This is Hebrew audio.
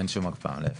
אין שום הקפאה, להיפך.